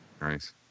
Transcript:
Nice